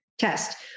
Test